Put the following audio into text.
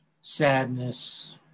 sadness